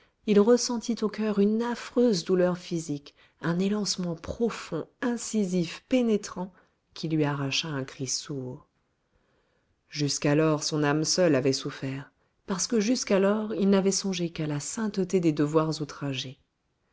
il ressentit au coeur une affreuse douleur physique un élancement profond incisif pénétrant qui lui arracha un cri sourd jusqu'alors son âme seule avait souffert parce que jusqu'alors il n'avait songé qu'à la sainteté des devoirs